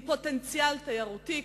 עם פוטנציאל תיירותי,